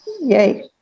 yay